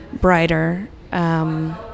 brighter